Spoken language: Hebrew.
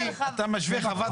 אתה משווה לחוות בודדים?